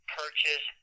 purchase